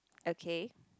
okay